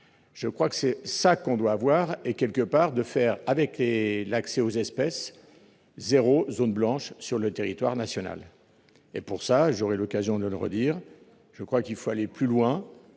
Je crois que c'est ça qu'on doit avoir et, quelque part de faire avec et l'accès aux espèces. 0 zones blanche sur le territoire national. Et pour ça, j'aurai l'occasion de le redire. Je crois qu'il faut aller plus loin.